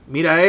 Mira